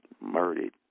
Murdered